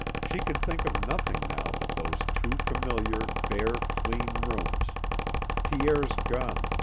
she could think of nothing now but those two familiar, bare, clean rooms pierre's gun,